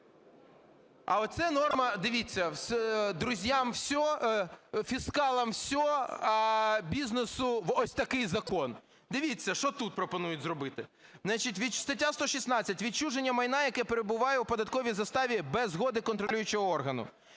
А оце норма, дивіться: друзям – все, фіскалам – все, а бізнесу - ось такий закон. Дивіться, що тут пропонують зробити. Стаття 116 "Відчуження майна, яке перебуває у податковій заставі без згоди контролюючого органу".